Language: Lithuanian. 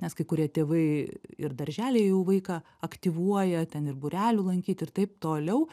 nes kai kurie tėvai ir darželyje jau vaiką aktyvuoja ten ir būrelių lankyt ir taip toliau